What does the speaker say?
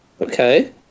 okay